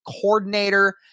coordinator